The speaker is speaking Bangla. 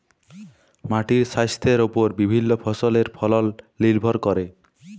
মাটির স্বাইস্থ্যের উপর বিভিল্য ফসলের ফলল লির্ভর ক্যরে